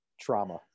trauma